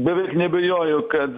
beveik neabejoju kad